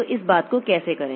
तो इस बात को कैसे करें